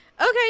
Okay